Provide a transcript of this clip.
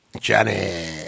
Johnny